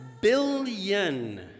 billion